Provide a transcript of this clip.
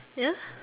ya